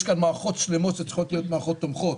יש כאן מערכות שלמות שצריכות להיות מערכות תומכות.